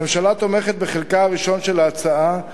הממשלה תומכת בחלקה הראשון של ההצעה,